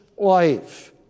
life